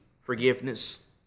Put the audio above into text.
forgiveness